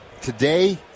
Today